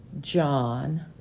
John